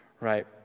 Right